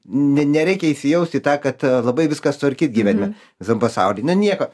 ne nereikia įsijaust į tą kad labai viską sutvarkyt gyvenime visam pasauly na nieko